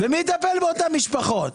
ומי יטפל באותן משפחות?